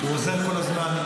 הוא עוזר כל הזמן.